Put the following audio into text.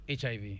hiv